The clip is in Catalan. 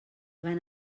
van